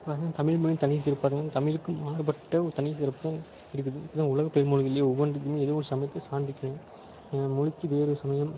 வந்து தமிழ் மொழியின் தனி சிறப்பு பார்த்தீங்கன்னா தமிழுக்கும் மாறுபட்ட ஒரு தனி சிறப்பும் இருக்குது இப்படி தான் உலகப் பெருமொழிகளிலேயே ஒவ்வொன்றுத்துக்குமே ஏதோவொரு சமயத்தை சார்ந்திருக்கு மொழிக்கு வேறு சமயம்